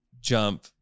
jump